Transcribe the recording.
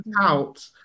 out